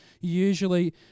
usually